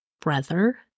brother